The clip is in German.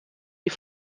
die